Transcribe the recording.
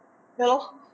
ya lor